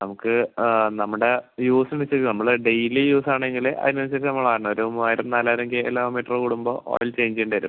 നമ്മുക്ക് ആ നമ്മടെ യൂസിന്ന് വെച്ചാ നമ്മള് ഡെയിലി യൂസ് ആണെങ്കില് അയിന് അനുസരിച്ച് നമ്മള് ഒരു മൂവായിരം നാലായിരം കിലോമീറ്റർ കൂടുമ്പോ ഓയിൽ ചേഞ്ച് ചെയ്യേണ്ടി വരും